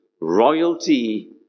royalty